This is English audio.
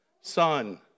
son